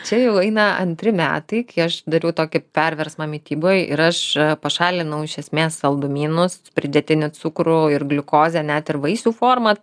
čia jau eina antri metai kai aš dariau tokį perversmą mityboj ir aš pašalinau iš esmės saldumynus pridėtinį cukrų ir gliukozę net ir vaisių forma